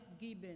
given